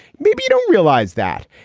maybe you don't realize that.